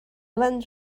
lens